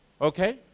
Okay